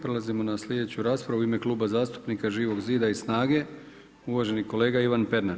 Prelazimo na sljedeću raspravu, u ime Kluba zastupnika Živog zida i SNAGA-a uvaženi kolega Ivan Pernar.